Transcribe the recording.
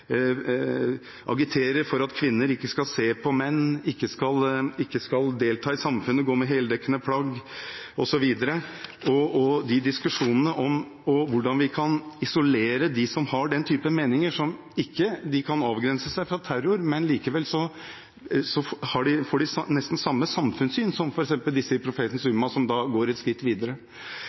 agiterer for at kvinner ikke skal se på menn, ikke delta i samfunnet, gå med heldekkende plagg osv. Vi må ta diskusjonene om – og hvordan – vi kan isolere dem som har den type meninger, som kan avgrense seg fra terror, men som likevel får nesten samme samfunnssyn som disse i Profetens Ummah, som da går et skritt videre.